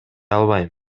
албайм